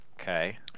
okay